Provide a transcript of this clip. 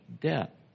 debt